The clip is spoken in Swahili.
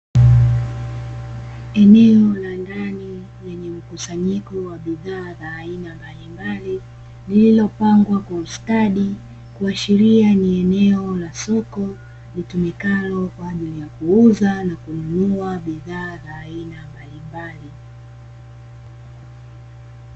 Eneo la ndani lenye mkusanyiko wa bidhaa za aina mbalimbali, lililopangwa kwa ustadi, kuashiria ni eneo la soko litumikalo kwajili ya kuuza na kununua bidhaa za aina mbalimbali.